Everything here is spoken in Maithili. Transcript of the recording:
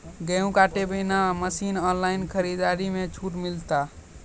गेहूँ काटे बना मसीन ऑनलाइन खरीदारी मे छूट मिलता?